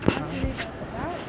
what shall we talk about